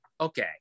okay